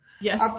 Yes